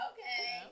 Okay